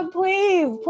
please